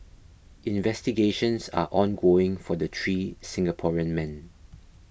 investigations are ongoing for the three Singaporean men